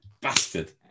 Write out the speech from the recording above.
Bastard